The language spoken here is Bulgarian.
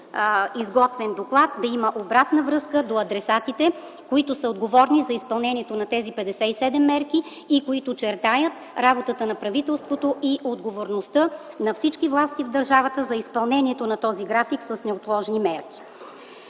изготвен доклад да има обратна връзка до адресатите, които са отговорни за изпълнението на тези 57 мерки и които чертаят работата на правителството и отговорността на всички власти в държавата за изпълнението на този график с неотложни мерки.